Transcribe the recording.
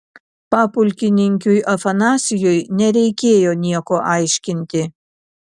papulkininkiui afanasijui nereikėjo nieko aiškinti